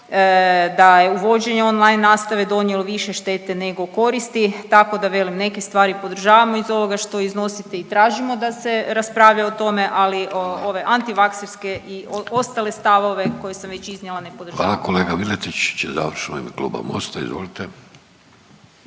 da je uvođenje online nastave donijelo više štete nego koristi, tako da velim neke stvari podržavamo iz ovoga što iznosite i tražimo da se raspravlja o tome, ali ove antivakserske i ostale stavove koje sam već iznijela ne podržavamo. **Vidović, Davorko (Socijaldemokrati)**